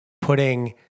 putting